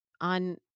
on